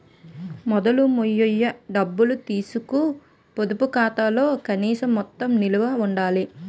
మొదలు మొయ్య డబ్బులు తీసీకు పొదుపు ఖాతాలో కనీస మొత్తం నిలవ ఉండాల